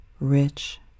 rich